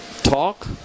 talk